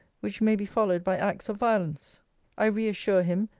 which may be followed by acts of violence i re-assure him,